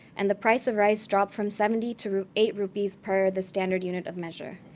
and the price of rice dropped from seventy to eight rupees per the standard unit of measure.